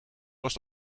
was